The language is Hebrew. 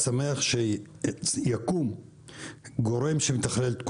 אני שמח שיקום גורם שמתכלל את כולם,